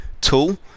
tool